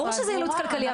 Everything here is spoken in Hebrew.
ברור שזה אילוץ כלכלי,